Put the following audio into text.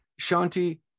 Shanti